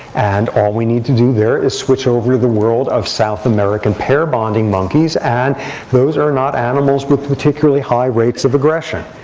and all we need to do there is switch over to the world of south american pair bonding monkeys. and those are not animals with particularly high rates of aggression.